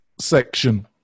section